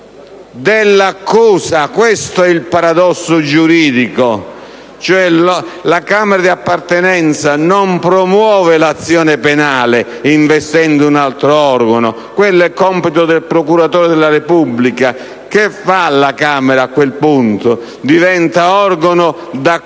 dell'accusa. Questo è il paradosso giuridico: la Camera di appartenenza non promuove l'azione penale investendo un altro organo - perché quello è compito del procuratore della Repubblica - ma a quel punto cosa fa? Diventa organo d'accusa